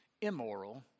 immoral